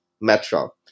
Metro